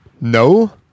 No